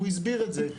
והוא הסביר את זה,